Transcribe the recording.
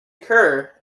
occur